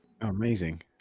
Amazing